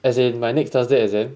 as in my next thursday exam